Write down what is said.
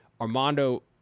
Armando